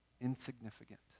insignificant